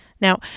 Now